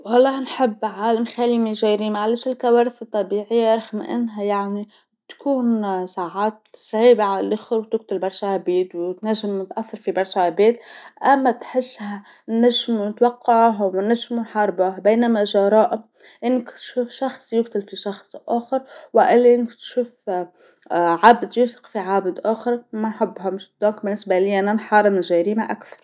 وعلاه نحب عالم خال من الجريمه علاش الكوارث الطبيعيه رغم أنها يعني تكون ساعات صعيبه عاللخر وتكتل برشا عباد وتنجم تأثر في برشا عباد أما تحسها نجمو نتوقعوها ونجمو نحاربوها بينما الجرائم أنك تشوف شخص يكتل في شخص آخر وإلا أنك تشوف عبد يسرق في عبد آخر، ما نحبهمش، إذن بالنسبه ليا أنا نحارب الجريمه أكثر.